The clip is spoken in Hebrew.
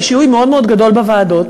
בשיהוי מאוד מאוד גדול בוועדות,